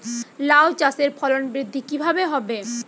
লাউ চাষের ফলন বৃদ্ধি কিভাবে হবে?